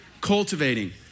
cultivating